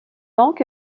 donc